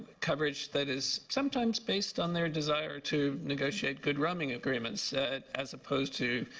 coverage that is sometimes based on their desire to negotiate good roaming agreements as opposed to